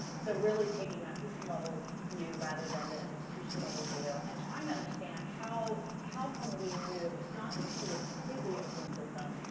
so really taking that system-level view rather than the institution-level view and trying to understand, how can can we move, if not to a completely open system,